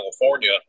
California